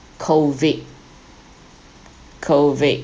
COVID COVID